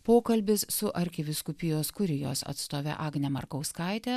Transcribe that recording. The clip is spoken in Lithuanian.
pokalbis su arkivyskupijos kurijos atstove agne markauskaite